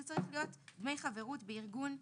זה צריך להיות דמי חברות בארגון יציג.